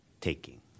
taking